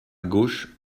gauche